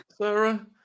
Sarah